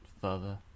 further